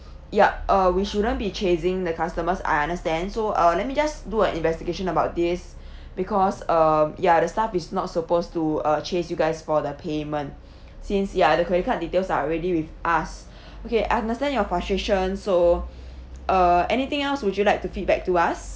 yup uh we shouldn't be chasing the customers I understand so uh let me just do an investigation about this because um ya the staff is not supposed to uh chase you guys for the payment since ya the credit card details are already with us okay I understand your frustration so uh anything else would you like to feedback to us